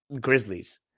Grizzlies